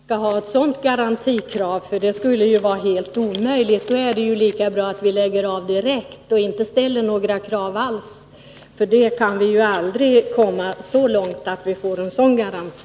Herr talman! Jag kan inte heller godta att man skall ha ett sådant garantikrav— det är helt omöjligt. Då är det lika bra att vi lägger av direkt och inte ställer några krav alls. Så långt kan vi aldrig komma att vi får en sådan garanti.